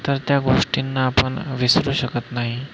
तर त्या गोष्टींना आपण विसरू शकत नाही